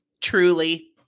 truly